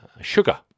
Sugar